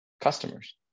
customers